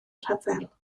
rhyfel